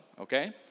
okay